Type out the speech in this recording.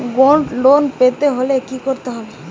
Gold loan পেতে হলে কি করতে হবে?